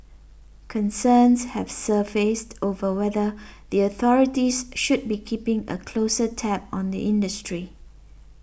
concerns have surfaced over whether the authorities should be keeping a closer tab on the industry